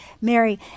Mary